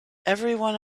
everyone